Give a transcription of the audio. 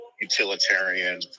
utilitarian